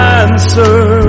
answer